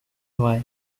vrai